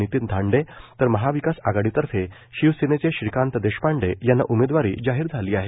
नितीन धांडे तर महाविकास आघाडीतर्फे शिवसेनेचे श्रीकांत देशपांडे यांना उमेदवारी जाहीर झाली आहे